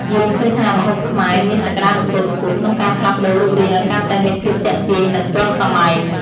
យើងឃើញថាម្ហូបខ្មែរមានសក្តានុពលខ្ពស់ក្នុងការផ្លាស់ប្តូររូបរាងឱ្យកាន់តែមានភាពទាក់ទាញនិងទាន់សម័យ។